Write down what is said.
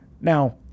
Now